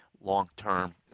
long-term